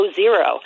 zero